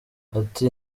ati